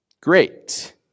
great